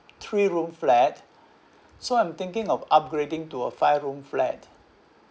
three room flat so I'm thinking of upgrading to a five room flat